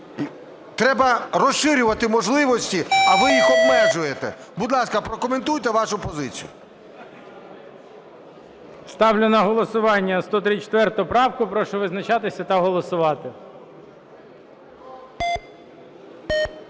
Треба розширювати можливості, а ви їх обмежуєте. Будь ласка, прокоментуйте вашу позицію.